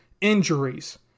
injuries